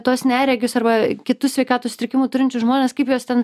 tuos neregius arba kitų sveikatos sutrikimų turinčius žmones kaip juos ten